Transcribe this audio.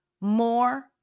more